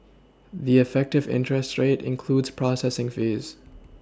the effective interest rate includes processing fees